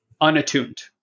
unattuned